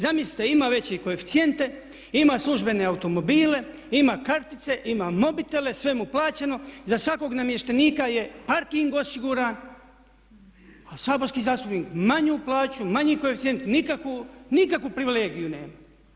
Zamislite ima veće koeficijente, ima službene automobile, ima kartice, ima mobitele, sve mu plaćeno, za svakog namještenika je parking osiguran, a saborski zastupnik manju plaću, manji koeficijent, nikakvu privilegiju nemam.